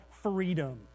freedom